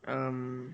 um